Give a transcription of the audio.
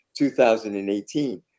2018